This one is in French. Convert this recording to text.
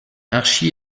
archie